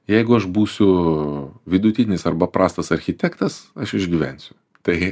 jeigu aš būsiu vidutinis arba prastas architektas aš išgyvensiu tai